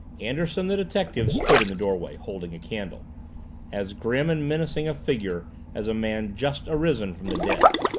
anderson, the detective, stood in the doorway, holding a candle as grim and menacing a figure as a man just arisen from the dead.